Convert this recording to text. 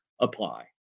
apply